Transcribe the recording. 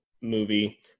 movie